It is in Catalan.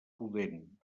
pudent